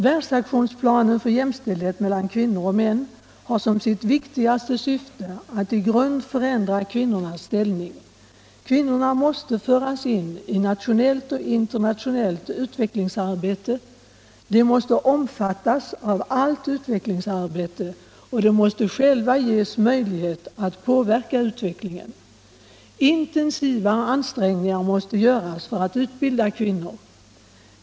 Världsaktionsplanen för jämställdhet mellan kvinnor och män har som sitt viktigaste syfte att i grund förändra kvinnornas ställning. Kvinnorna måste föras in i nationellt och internationellt utvecklingsarbete. De måste omfattas av allt utvecklingsarbete, och de måste själva ges möjlighet att påverka utvecklingen. Intensiva ansträngningar måste göras för att utbilda kvinnor.